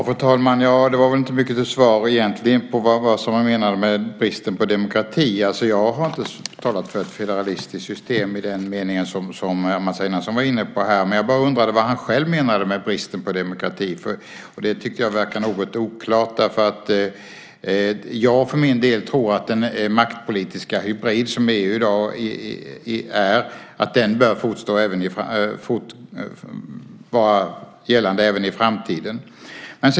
Fru talman! Det var väl inte mycket till svar egentligen på vad som menades med bristen på demokrati. Jag har inte talat för ett federalistiskt system i den mening som Mats Einarsson var inne på här. Jag bara undrade vad han själv menade med bristen på demokrati. Det tycker jag verkar något oklart. Jag för min del tror att den maktpolitiska hybrid som EU i dag är bör vara gällande även i framtiden.